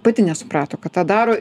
pati nesuprato kad tą daro